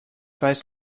weiß